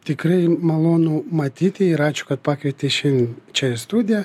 tikrai malonu matyti ir ačiū kad pakvietei šian čia į studiją